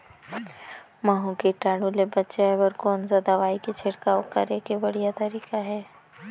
महू कीटाणु ले बचाय बर कोन सा दवाई के छिड़काव करे के बढ़िया तरीका हे?